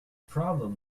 problem